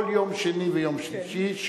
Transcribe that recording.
כל יום שני ויום שלישי,